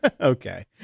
Okay